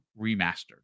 remastered